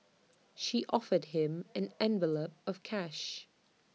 she offered him an envelope of cash